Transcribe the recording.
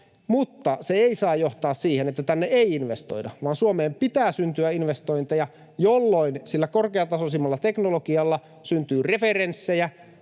mutta se ei saa johtaa siihen, että tänne ei investoida, vaan Suomeen pitää syntyä investointeja, jolloin sillä korkeatasoisimmalla teknologialla syntyy referenssejä,